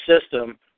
system